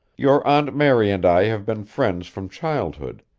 your aunt mary and i have been friends from childhood,